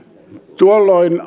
tuolloin